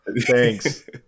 Thanks